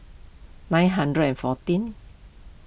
nine hundred and fourteen